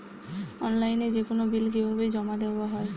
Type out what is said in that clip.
অনলাইনে যেকোনো বিল কিভাবে জমা দেওয়া হয়?